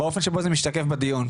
באופן שבו זה משתקף בדיון,